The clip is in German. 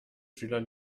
schüler